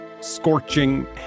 scorching